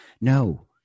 No